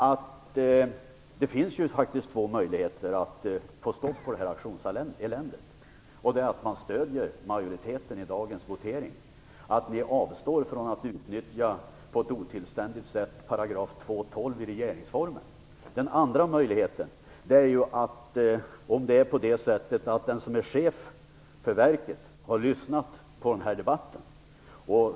Därför vill jag gärna säga att det faktiskt finns två möjligheter att få stopp på detta auktionselände. Den ena är att stödja majoriteten i dagens votering och avstå från att på ett otillständigt sätt utnyttja 2 kap. 12 § i regeringsformen. Den andra möjligheten är att den som är chef för verket har lyssnat på den här debatten.